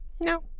No